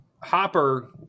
Hopper